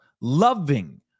loving